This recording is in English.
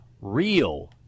real